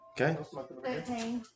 Okay